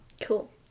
cool